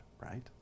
right